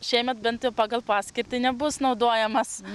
šiemet bent pagal paskirtį nebus naudojamas